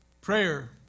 Prayer